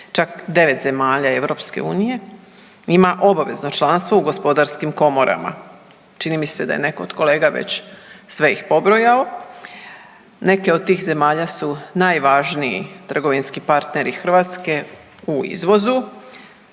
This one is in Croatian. Europske unije ima obavezno članstvo u gospodarskim komorama. Čini mi se da je netko od kolega već sve ih pobrojao. Neke od tih zemalja su najvažniji trgovinski partneri Hrvatske u izvozu.